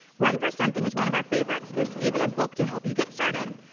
run for something is one of our favorites. there's even a book to help you get started.